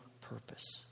purpose